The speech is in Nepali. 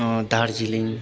दार्जिलिङ